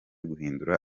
guhindura